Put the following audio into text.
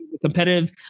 competitive